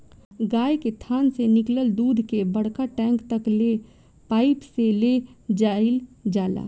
गाय के थान से निकलल दूध के बड़का टैंक तक ले पाइप से ले जाईल जाला